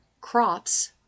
crops